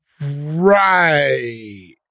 Right